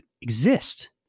exist